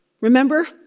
Remember